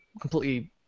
completely